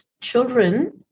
children